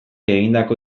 egindako